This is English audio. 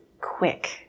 quick